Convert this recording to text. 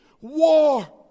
War